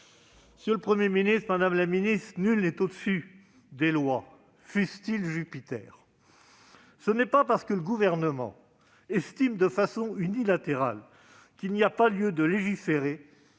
Monsieur le Premier ministre, madame la ministre, nul n'est au-dessus des lois, fût-il Jupiter. Ce n'est pas parce que le Gouvernement estime de façon unilatérale qu'il n'y a pas lieu de légiférer